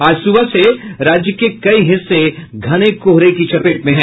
आज सुबह से राज्य के कई हिस्से घने कोहरे की चपेट में है